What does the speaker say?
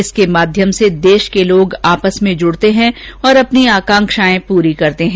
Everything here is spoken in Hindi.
इसके माध्यम से देश के लोग आपस में जुड़ते हैं और अपनी आकांक्षाएं पूरी करते हैं